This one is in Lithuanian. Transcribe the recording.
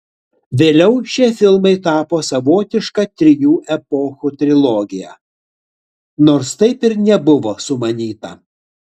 vėliau šie filmai tapo savotiška trijų epochų trilogija nors taip ir nebuvo sumanyta